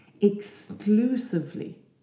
exclusively